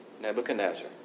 Nebuchadnezzar